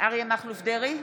אריה מכלוף דרעי,